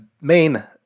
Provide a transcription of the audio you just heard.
main